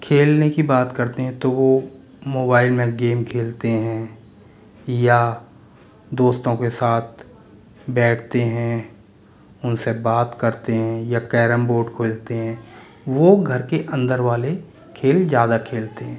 खेलने की बात करते हैं तो वो मोबाइल में गेम खेलते हैं या दोस्तों के साथ बैठते हैं उनसे बात करते हैं या कैरम बोर्ड खेलते हैं वो घर के अंदर वाले खेल ज़्यादा खेलते हैं